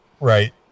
Right